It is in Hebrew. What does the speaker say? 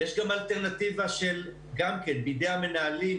יש גם אלטרנטיבה בידי המנהלים